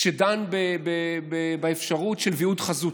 שדן באפשרות של היוועדות חזותית,